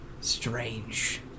strange